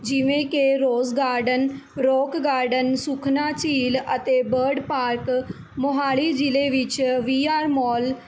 ਜਿਵੇਂ ਕਿ rose garden rock garden Sukhna ਝੀਲ ਅਤੇ ਬਰਡ ਪਾਰਕ ਮੋਹਾਲੀ ਜ਼ਿਲ੍ਹੇ ਵਿੱਚ ਵੀ ਆਰ ਮੋਲ